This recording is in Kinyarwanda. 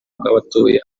bw’abatuye